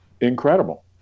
incredible